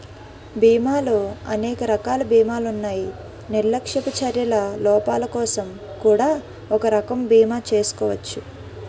బీమాలో అనేక రకాల బీమాలున్నాయి నిర్లక్ష్యపు చర్యల లోపాలకోసం కూడా ఒక రకం బీమా చేసుకోచ్చు